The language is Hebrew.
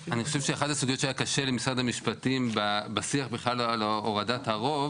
שאחת הסוגיות שהיה קשה למשרד המשפטים בשיח בכלל על הורדת הרוב